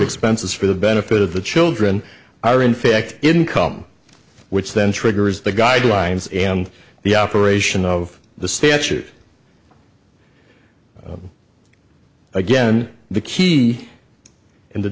expenses for the benefit of the children are in fact income which then triggers the guidelines and the operation of the statute again the key in the